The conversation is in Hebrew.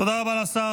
תודה רבה לשר.